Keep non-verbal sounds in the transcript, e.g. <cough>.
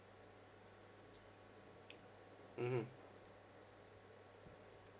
<noise> mmhmm